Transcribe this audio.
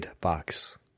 box